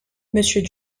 monsieur